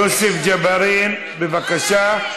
יוסף ג'בארין, בבקשה.